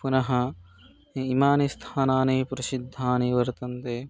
पुनः इमानि स्थानानि प्रसिद्धानि वर्तन्ते